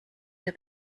der